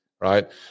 right